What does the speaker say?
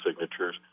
signatures